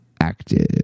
active